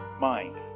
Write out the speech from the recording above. mind